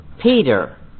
Peter